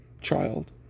child